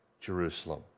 Jerusalem